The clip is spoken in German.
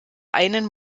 einen